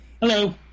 hello